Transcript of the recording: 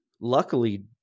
luckily